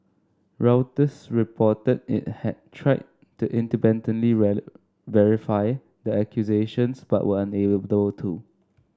reuters reported it had tried to independently value verify the accusations but were unable to